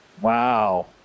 Wow